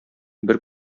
бер